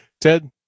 Ted